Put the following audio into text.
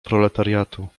proletariatu